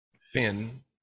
Finn